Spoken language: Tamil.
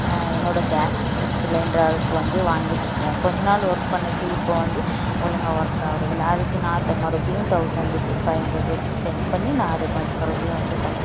என்னோடய கேஸ் ஸ் சிலிண்டர் அடுப்பு வந்து வாங்கிட்டுருக்கேன் கொஞ்ச நாள் ஒர்க் பண்ணது இப்போது வந்து ஒழுங்கா ஒர்க் ஆகுறதில்ல அதுக்கு நான் த மறுபடியும் thousand rupees five hundred rupees spend பண்ணி நான் அதை வந்து மறுபடியும் கர